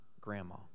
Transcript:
grandma